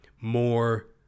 more